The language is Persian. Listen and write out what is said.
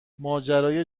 ماجرای